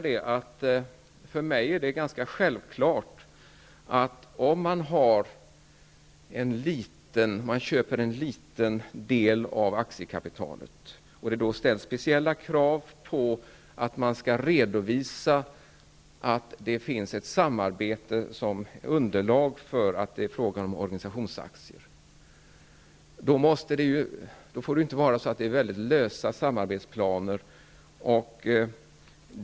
Det är självklart för mig att om man köper en liten del av aktiekapitalet, och det ställs speciella krav på att man skall redovisa att det finns ett samarbete som underlag för att det skall vara fråga om organisationsaktier, får det naturligtvis inte vara fråga om lösa samarbetsplaner.